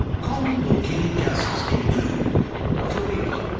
common volcanic gases include water vapour,